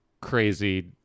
crazy